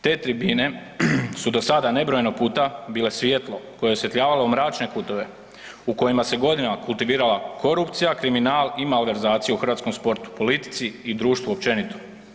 Te tribine su do sada nebrojeno puta bile svjetlo koje je osvjetljavalo mračne kutove u kojima se godinama kultivirala korupcija, kriminal i malverzacija u hrvatskom sportu, politici i društvu općenito.